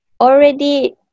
already